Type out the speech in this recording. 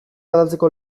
aldatzeko